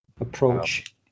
approach